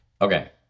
Okay